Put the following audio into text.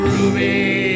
Ruby